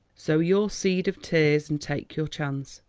sow your seed of tears, and take your chance.